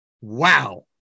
wow